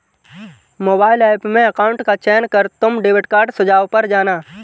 mobile app में account का चयन कर तुम डेबिट कार्ड सुझाव पर जाना